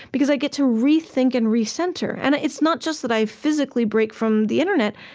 because i get to rethink and re-center and it's not just that i physically break from the internet.